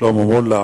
שלמה מולה.